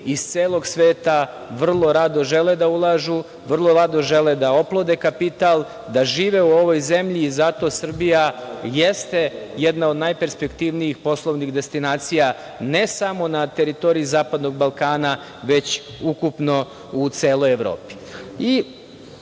iz celog sveta vrlo rado žele da ulažu, vrlo rado žele da oplode kapital, da žive u ovoj zemlji. Zato Srbija jeste jedna od najperspektivnijih poslovnih destinacija ne samo na teritoriji Zapadnog Balkana, već ukupno u celoj Evropi. Želim